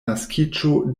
naskiĝo